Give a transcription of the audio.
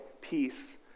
peace